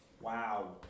Wow